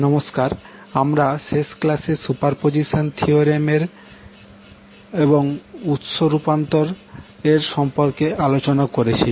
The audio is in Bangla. নমস্কার আমরা শেষ ক্লাসে সুপারপজিশন থিওরেম এবং উৎস এর রূপান্তর সম্পর্কে আলোচনা করেছি